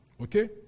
Okay